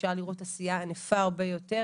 אפשר לראות עשייה ענפה הרבה יותר,